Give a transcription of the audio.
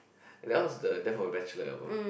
that one was there for the Bachelor album